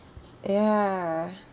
ya